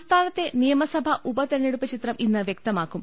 സംസ്ഥാനത്തെ നിയമസഭാ ഉപതെരഞ്ഞെടുപ്പ് ചിത്രം ഇന്ന് വ്യക്തമാകും